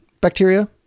bacteria